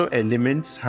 elements